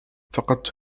فقدت